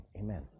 amen